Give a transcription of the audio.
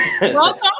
Welcome